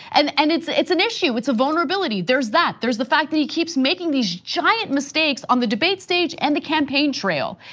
and and it's it's an issue, it's a vulnerability. there's that. there's the fact that he keeps making these giant mistakes on the debate stage and the campaign trail.